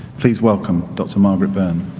please welcome dr. margaret byrne.